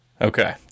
okay